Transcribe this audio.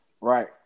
Right